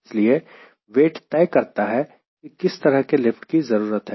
इसलिए वेट तय करता है कि किस तरह के लिफ्ट की जरूरत है